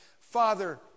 Father